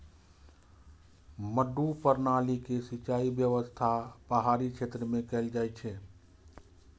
मड्डू प्रणाली के सिंचाइ व्यवस्था पहाड़ी क्षेत्र मे कैल जाइ छै